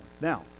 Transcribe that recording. Now